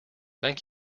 thank